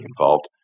involved